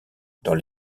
dans